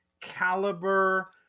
caliber